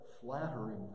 flattering